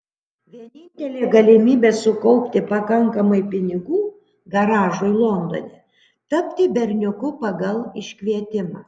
vienintelė galimybė sukaupti pakankamai pinigų garažui londone tapti berniuku pagal iškvietimą